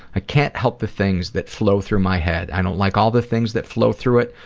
i can't help the things that flow through my head. i don't like all the things that flow through it,